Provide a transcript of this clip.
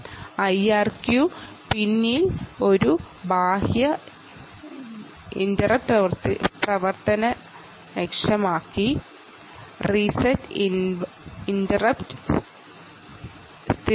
ഒരു ഹാർഡ്വെയർ അല്ലെങ്കിൽ ഒരു സോഫ്ട്വെയർ റീസെറ്റ് സംഭവിക്കുമ്പോൾ ഒരു എക്സ്റ്റേണൽ ഇന്ററപ്റ്റ് IRQ പിന്നിനെ പ്രവർത്തനക്ഷമമാകുന്നു